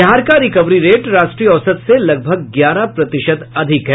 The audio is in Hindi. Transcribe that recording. बिहार का रिकवरी रेट राष्ट्रीय औसत से लगभग ग्यारह प्रतिशत अधिक है